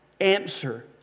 answer